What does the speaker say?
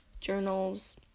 journals